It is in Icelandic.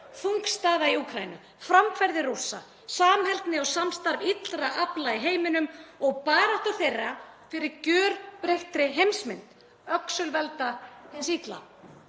Þung staða í Úkraínu, framferði Rússa, samheldni og samstarf illra afla í heiminum og barátta þeirra fyrir gjörbreyttri heimsmynd öxulvelda hins illa.